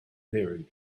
buried